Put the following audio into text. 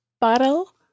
Bottle